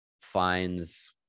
finds